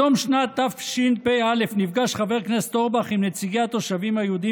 בתום שנת תשפ"א נפגש חבר הכנסת אורבך עם נציגי התושבים היהודים